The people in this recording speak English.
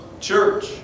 Church